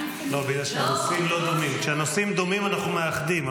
כשהנושאים דומים אנחנו מאחדים,